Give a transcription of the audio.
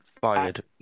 fired